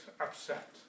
upset